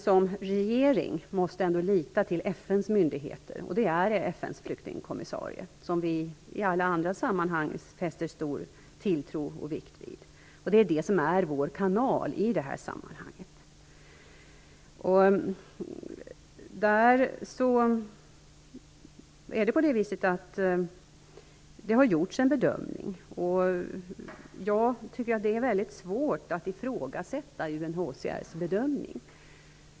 Som regering måste vi lita till FN:s myndigheter, och det är då FN:s flyktingkommissarie - som vi i alla andra sammanhang fäster tilltro till och vikt vid. Det är vår kanal i detta sammanhang. UNHCR har gjort en bedömning, och jag tycker att det är väldigt svårt att ifrågasätta den.